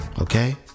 okay